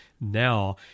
now